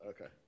Okay